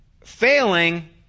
failing